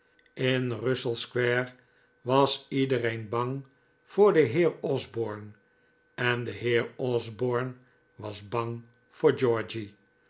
in russell square was iedereen bang voor den heer osborne en de heer osborne was bang voor georgy